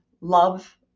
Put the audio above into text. love